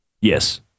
Yes